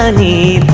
um me